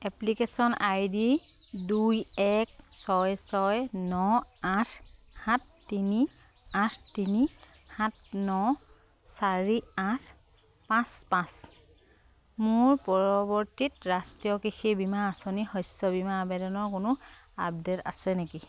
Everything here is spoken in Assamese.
এপ্লিকেচন আই ডি দুই এক ছয় ছয় ন আঠ সাত তিনি আঠ তিনি সাত ন চাৰি আঠ পাঁচ পাঁচ মোৰ পৰিৱৰ্তিত ৰাষ্ট্ৰীয় কৃষি বীমা আঁচনি শস্য বীমা আবেদনৰ কোনো আপডেট আছে নেকি